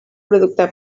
producte